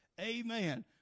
Amen